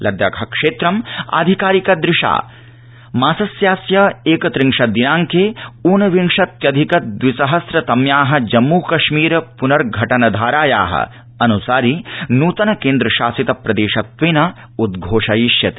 लद्दाख क्षेत्रम् धिकारिक दृशा मासस्यास्य एकत्रिशदिनाङ्के ऊनविंशत्यधिक द्विसहम्र तम्या जम्मुकश्मीर पुनसंघटन धाराया अनुसारि नृतन केन्द्रशासित प्रदेशत्वेन उद्घोषयिष्यते